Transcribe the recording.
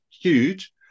huge